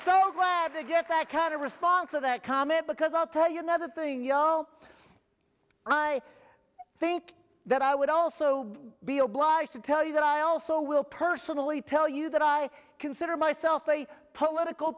that kind of response or that comment because i'll tell you another thing you know i think that i would also be obliged to tell you that i also will personally tell you that i consider myself a political